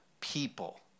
people